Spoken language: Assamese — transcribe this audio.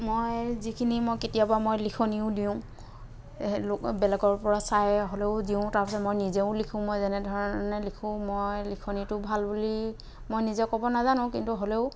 মই যিখিনি মই কেতিয়াবা মই লিখনিও দিওঁ বেলেগৰ পৰা চাই হ'লেও দিওঁ তাৰপিছত মই নিজেও লিখোঁ মই যেনে ধৰণে লিখো মই লিখনিটো ভাল বুলি মই নিজে ক'ব নাজানো কিন্তু হ'লেও